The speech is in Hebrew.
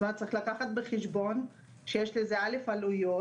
צריך לקחת בחשבון שיש לזה עלויות.